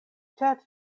ĉar